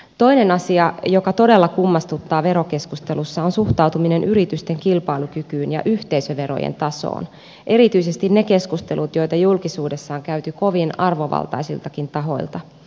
toinen asia joka todella kummastuttaa verokeskustelussa on suhtautuminen yritysten kilpailukykyyn ja yhteisöverojen tasoon erityisesti niissä keskusteluissa joita julkisuudessa on käyty kovin arvovaltaisiltakin tahoilta